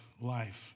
life